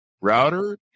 router